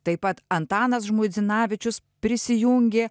taip pat antanas žmuidzinavičius prisijungė